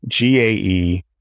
GAE